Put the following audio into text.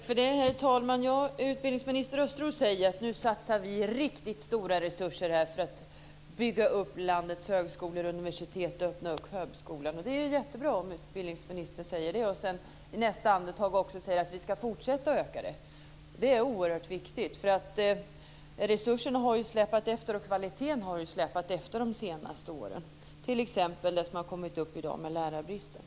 Herr talman! Utbildningsminister Östros säger att man nu satsar riktigt stora resurser för att bygga upp landets högskolor och universitet och för att öppna upp högskolan. Och det är jättebra om utbildningsministern säger det och sedan i nästa andetag säger att man ska fortsätta med denna ökning. Det är oerhört viktigt, eftersom resurserna och kvaliteten ju har släpat efter under de senaste åren. Jag kan som exempel nämna det som har tagits upp i dag om lärarbristen.